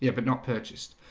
yeah but not purchased